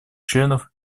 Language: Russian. членов